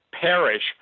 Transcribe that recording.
perish